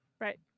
Right